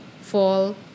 fall